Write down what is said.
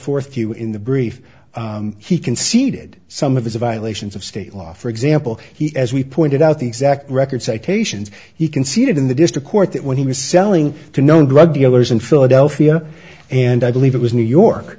forth in the brief he conceded some of his violations of state law for example he as we pointed out the exact record citations he conceded in the district court that when he was selling to known drug dealers in philadelphia and i believe it was new york